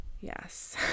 Yes